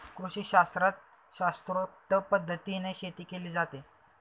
कृषीशास्त्रात शास्त्रोक्त पद्धतीने शेती केली जाते